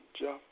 Jeff